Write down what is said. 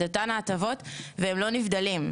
את אותן ההטבות והם לא נבדלים.